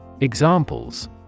Examples